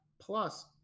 Plus